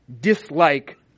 dislike